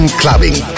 clubbing